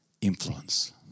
influence